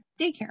daycare